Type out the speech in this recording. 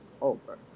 over